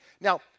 Now